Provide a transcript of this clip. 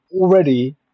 already